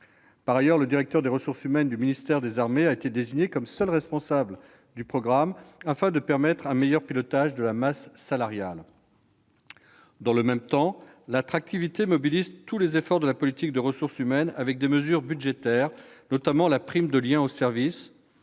Par ailleurs, le directeur des ressources humaines du ministère des armées a été désigné comme seul responsable de programme, pour permettre un meilleur pilotage de la masse salariale. Dans le même temps, l'attractivité mobilise tous les efforts de la politique des ressources humaines avec des mesures budgétaires, notamment la prime de lien au service,